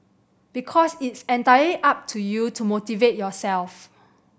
because it's entirely up to you to motivate yourself